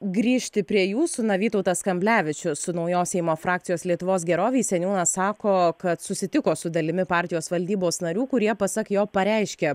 grįžti prie jūsų na vytautas kamblevičius naujos seimo frakcijos lietuvos gerovei seniūnas sako kad susitiko su dalimi partijos valdybos narių kurie pasak jo pareiškė